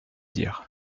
dire